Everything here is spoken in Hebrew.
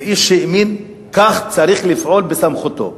ואיש שהאמין, כך צריך לפעול בסמכותו.